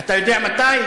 אתה יודע מתי?